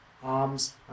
arms